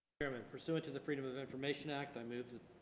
chairman pursuant to the freedom of information act i move